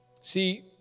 See